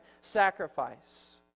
sacrifice